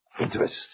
interest